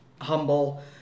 humble